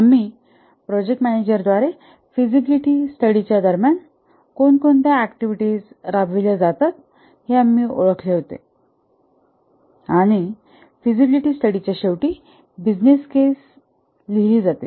आम्ही project manager द्वारे feasibility स्टडीच्या दरम्यान कोणत्या ऍक्टिव्हिटीज राबविल्या आहेत हे आम्ही ओळखले होते आणि फिजिबिलिटी स्टडीच्या शेवटी बिझनेस केस लिहिली जाते